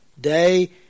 Day